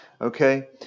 okay